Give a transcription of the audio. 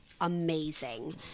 amazing